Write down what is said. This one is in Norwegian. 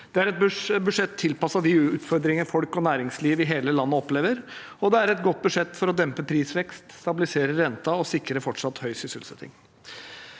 Det er et budsjett tilpasset de utfordringene folk og næringsliv i hele landet opplever, og det er et godt budsjett for å dempe prisvekst, stabilisere renten og sikre fortsatt høy sysselsetting.